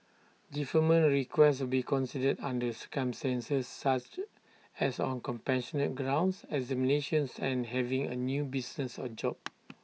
deferment requests will be considered under circumstances such as on compassionate grounds examinations and having A new business or job